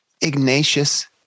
Ignatius